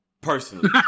personally